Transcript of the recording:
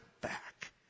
back